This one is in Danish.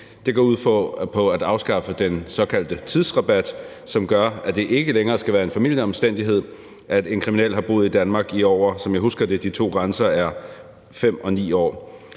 Det går ud på at afskaffe den såkaldte tidsrabat, som gør, at det ikke længere skal være en formildende omstændighed, at en kriminel har boet i Danmark i over, som jeg husker de to grænser, 5 og 9 år.